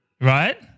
Right